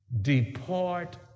Depart